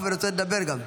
חבר הכנסת משה טור פז,